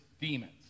demons